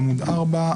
בעמוד 4,